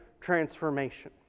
transformation